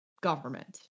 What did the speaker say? government